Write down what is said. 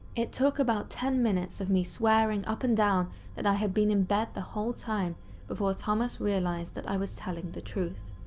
it took about ten minutes of me swearing up and down that i had been in bed the whole time before thomas realized that i was telling the truth.